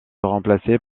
remplacée